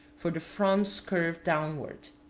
for the fronds curve downward.